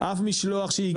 לא הרגת אף משלוח שהגיע.